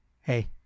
Hey